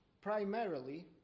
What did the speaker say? primarily